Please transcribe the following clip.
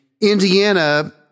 Indiana